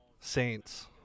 Saints